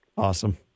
Awesome